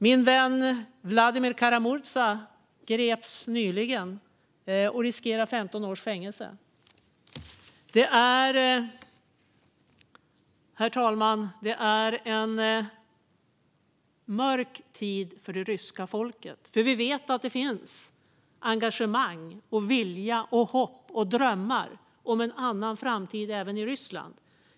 Min vän Vladimir Kara-Murza greps nyligen och riskerar 15 års fängelse. Det är en mörk tid för det ryska folket, herr talman, för vi vet att det finns engagemang och vilja och hopp och drömmar om en annan framtid även i Ryssland.